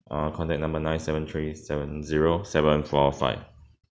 or contact number nine seven three seven zero seven four five